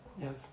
yes